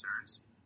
concerns